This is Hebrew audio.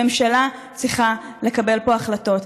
הממשלה צריכה לקבל פה החלטות.